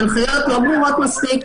ההנחיות לא ברורות מספיק,